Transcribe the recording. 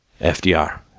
FDR